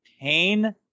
pain